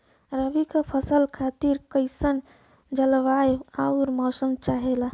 रबी क फसल खातिर कइसन जलवाय अउर मौसम चाहेला?